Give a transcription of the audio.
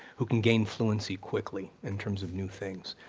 who can gain fluency quickly in terms of new things,